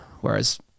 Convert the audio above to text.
Whereas